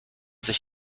sich